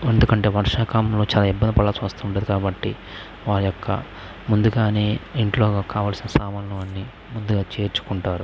ఎందుకంటే వర్షాకాలంలో చాలా ఇబ్బంది పడాల్సి వస్తుంది కాబట్టి వారి యొక్క ముందుగానే ఇంట్లో కావలసిన సామాన్లు అన్ని ముందుగా చేర్చుకుంటారు